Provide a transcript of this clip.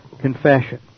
confession